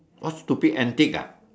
what stupid antic ah